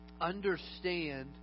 understand